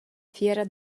fiera